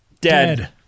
Dead